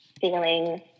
feeling